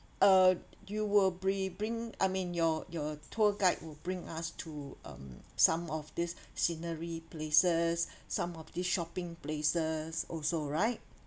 uh you will bri~ bring I mean your your tour guide will bring us to um some of these scenery places some of these shopping places also right